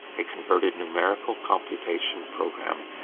a converted numerical computation program,